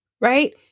right